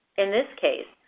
in this case,